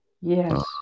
Yes